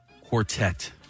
quartet